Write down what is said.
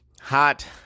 Hot